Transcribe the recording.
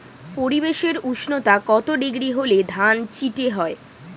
পরিবেশের উষ্ণতা কত ডিগ্রি হলে ধান চিটে হয়?